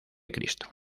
cristo